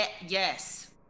yes